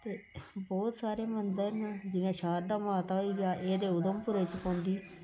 ते बोह्त सारे मंदर न जियां शारदा माता होई गेआ एह् ते उधमपुरै च पौंदी